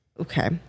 okay